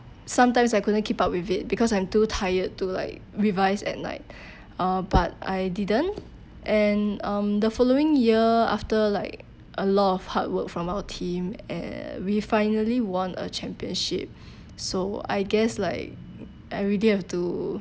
sometimes I couldn't keep up with it because I'm too tired to like revise at night uh but I didn't and um the following year after like a lot of hard work from our team and we finally won a championship so I guess like everyday have to